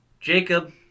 Jacob